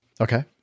Okay